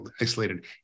isolated